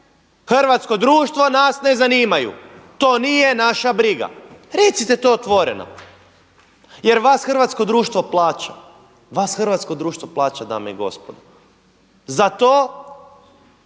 hrvatsko društvo nas ne zanimaju, to nije naša briga. Recite to otvoreno jer vas hrvatsko društvo plaća, vas hrvatsko društvo plaća dame i gospodo. Za to